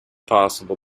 possible